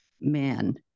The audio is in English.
man